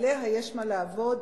עליה יש מה לעבוד,